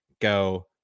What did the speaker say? go